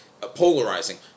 polarizing